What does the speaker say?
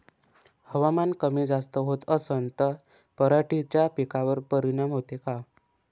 हवामान कमी जास्त होत असन त पराटीच्या पिकावर परिनाम होते का?